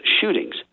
shootings